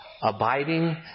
abiding